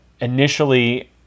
initially